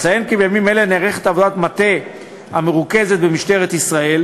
אציין כי בימים אלה נערכת עבודת מטה המרוכזת במשטרת ישראל